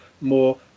more